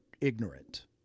ignorant